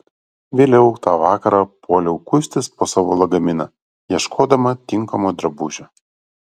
vėliau tą vakarą puoliau kuistis po savo lagaminą ieškodama tinkamo drabužio